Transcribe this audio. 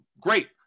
great